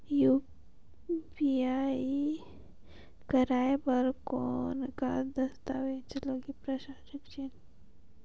KYC कराय बर कौन का दस्तावेज लगही?